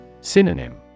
Synonym